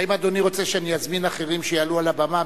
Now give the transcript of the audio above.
האם אדוני רוצה שאני אזמין אחרים שיעלו על הבמה,